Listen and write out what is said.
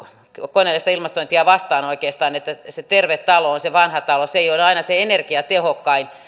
koneellista ilmastointia vastaan että se terve talo on se vanha talo se ei ole aina se energiatehokkain